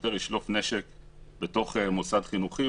ששוטר ישלוף נשק בתוך מוסד חינוכי,